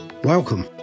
Welcome